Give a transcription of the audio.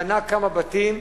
בנה כמה בתים,